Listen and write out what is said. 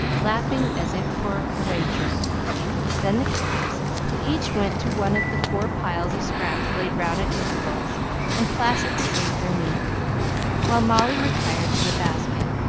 lapping as if for a wager then the cats, who each went to one of the four piles of scraps laid round at intervals and placidly ate their meat while molly retired to the basket,